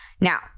Now